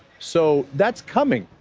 so that's coming,